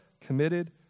committed